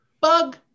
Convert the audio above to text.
bug